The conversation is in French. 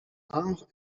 art